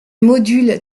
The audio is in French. module